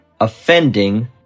offending